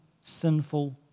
sinful